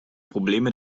probleme